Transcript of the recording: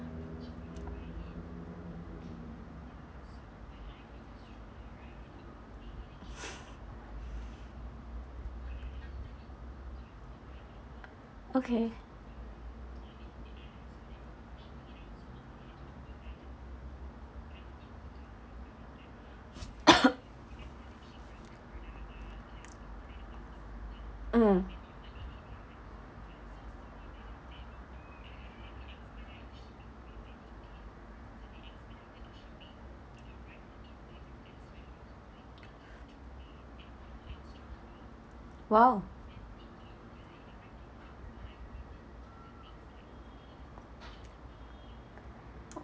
okay mm !wow!